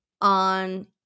on